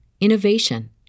innovation